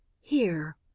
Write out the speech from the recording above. Here